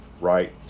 right